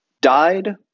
died